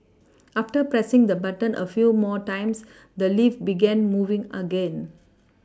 after pressing the button a few more times the lift began moving again